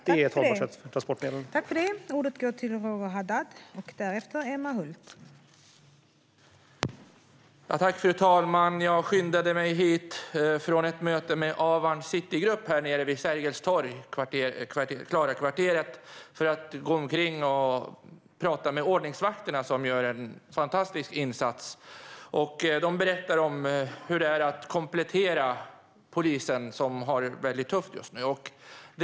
Det är ett hållbart sätt när det gäller transportmedel.